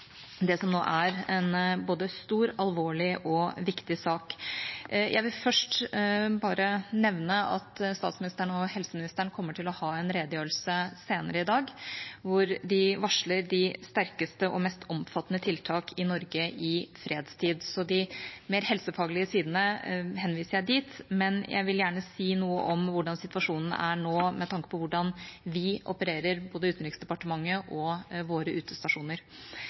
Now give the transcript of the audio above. det som nå er en både stor, alvorlig og viktig sak. Jeg vil først nevne at statsministeren og helseministeren kommer til å ha en redegjørelse senere i dag, hvor de varsler de sterkeste og mest omfattende tiltak i Norge i fredstid. De mer helsefaglige sidene henviser jeg dit, men jeg vil gjerne si noe om hvordan situasjonen er nå med tanke på hvordan vi opererer, både Utenriksdepartementet og våre utestasjoner.